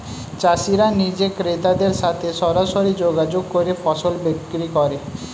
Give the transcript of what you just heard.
চাষিরা নিজে ক্রেতাদের সাথে সরাসরি যোগাযোগ করে ফসল বিক্রি করে